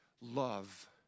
love